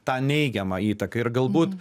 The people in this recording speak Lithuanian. tą neigiamą įtaką ir galbūt